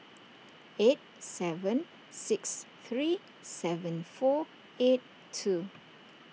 eight seven six three seven four eight two